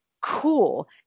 cool